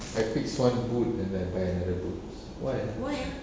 I fix one boot then I buy another boot why ah